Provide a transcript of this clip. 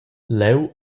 leu